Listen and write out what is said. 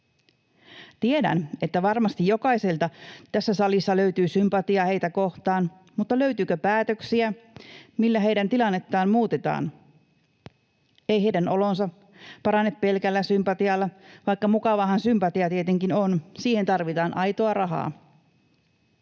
Tiedän, että varmasti jokaiselta tässä salissa löytyy sympatiaa heitä kohtaan, mutta löytyykö päätöksiä, millä heidän tilannettaan muutetaan? Ei heidän olonsa parane pelkällä sympatialla — vaikka mukavaahan sympatia tietenkin on — siihen tarvitaan aitoa rahaa.